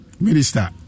Minister